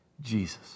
Jesus